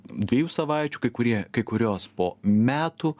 dviejų savaičių kai kurie kai kurios po metų